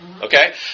Okay